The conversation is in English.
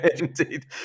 Indeed